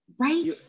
Right